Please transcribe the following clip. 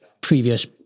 previous